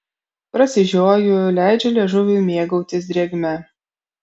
prasižioju leidžiu liežuviui mėgautis drėgme